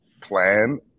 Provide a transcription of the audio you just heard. plan